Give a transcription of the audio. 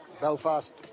Belfast